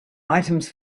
items